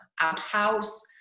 outhouse